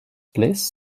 bliss